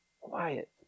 quiet